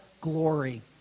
Glory